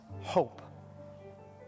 hope